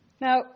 Now